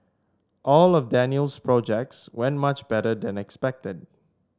all of Daniel's projects went much better than expected